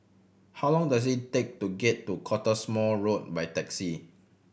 how long does it take to get to Cottesmore Road by taxi